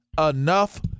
enough